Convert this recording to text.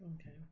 Okay